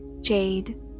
Jade